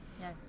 Yes